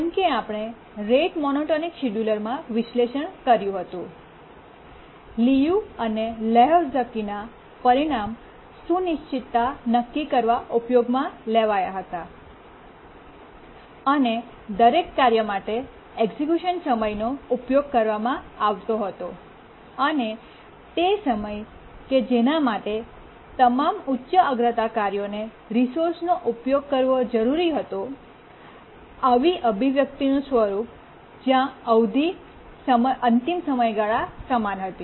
જેમ કે આપણે રેટ મોનોટોનિક શિડ્યુલરમાં વિશ્લેષણ કર્યું હતું લિયુ અને લેહોકઝકીના પરિણામ સુનિશ્ચિતતા નક્કી કરવા ઉપયોગમાં લેવાયા હતા અને દરેક કાર્ય માટે એક્ઝેક્યુશન સમયનો ઉપયોગ કરવામાં આવતો હતો અને તે સમય કે જેના માટે તમામ ઉચ્ચ અગ્રતા કાર્યોને રિસોર્સનો ઉપયોગ કરવો જરૂરી હતો આવા અભિવ્યક્તિનું સ્વરૂપ જ્યાં અવધિ અંતિમ સમયગાળાની સમાન હતી